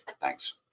Thanks